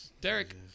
Derek